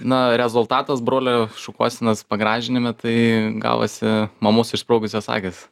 na rezultatas brolio šukuosenos pagražinime tai gavosi mamos išsprogusios akys